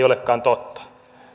olekaan totta